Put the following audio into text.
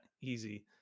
easy